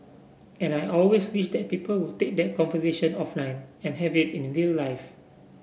and I always wish that people would take that conversation offline and have it in real life